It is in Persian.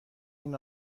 این